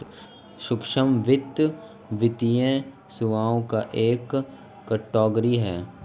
सूक्ष्म वित्त, वित्तीय सेवाओं का एक कैटेगरी है